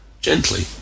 gently